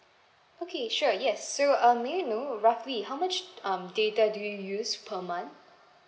okay sure yes so um may I know roughly how much um data do you use per month